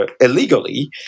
illegally